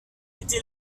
était